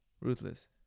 Ruthless